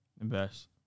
Invest